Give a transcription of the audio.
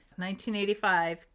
1985